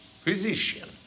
physician